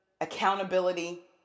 accountability